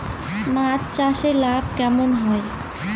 মাছ চাষে লাভ কেমন হয়?